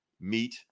meet